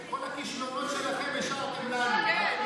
את כל הכישלונות שלכם השארתם לנו.